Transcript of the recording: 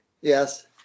Yes